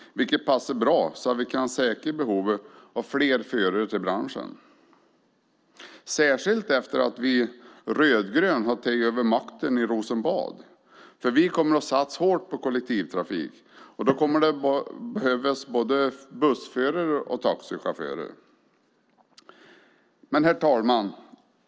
Det passar bra när det gäller möjligheterna att säkra behovet av fler förare till branschen - särskilt efter det att vi rödgröna tagit över makten i Rosenbad, för vi kommer att satsa hårt på kollektivtrafiken. Det kommer då att behövas både bussförare och taxichaufförer. Herr talman!